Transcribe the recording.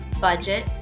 budget